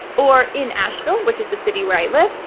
or in asheville, which is the city where i live,